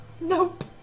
Nope